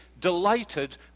delighted